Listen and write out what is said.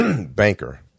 banker